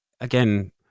again